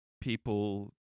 people